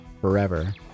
forever